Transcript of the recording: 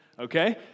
Okay